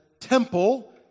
temple